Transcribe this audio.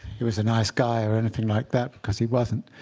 he was a nice guy or anything like that, because he wasn't.